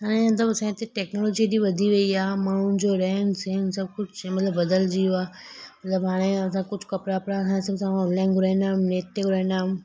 हाणे त असांजी टैक्नोलॉजी हेॾी वधी वई आहे माण्हुनि जो रहनि रहनि सभु कुछ इहा महिल बदिलजी वियो आहे मतिलब हाणे असां कुझु कपिड़ा वपड़ा असां ऑनलाइन घुराईंदा आहियूं नैट ते घुराईंदा आहियूं